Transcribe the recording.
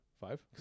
Five